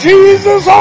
Jesus